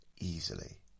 easily